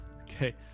Okay